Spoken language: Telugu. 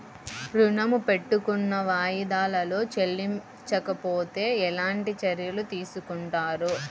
ఋణము పెట్టుకున్న వాయిదాలలో చెల్లించకపోతే ఎలాంటి చర్యలు తీసుకుంటారు?